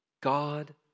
God